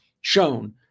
shown